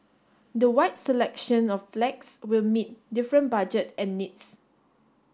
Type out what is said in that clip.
the wide selection of flags will meet different budget and needs